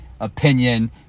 opinion